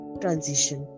transition